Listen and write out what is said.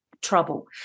trouble